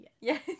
Yes